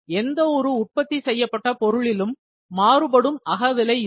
எந்த ஒரு உற்பத்தி செய்யப்பட்ட பொருளிலும் மாறுபடும் அகவிலை இருக்கும்